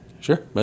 Sure